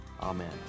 Amen